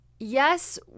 Yes